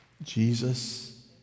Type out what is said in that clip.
Jesus